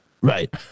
Right